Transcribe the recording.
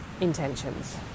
intentions